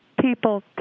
people